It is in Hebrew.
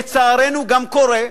לצערנו, גם קורה,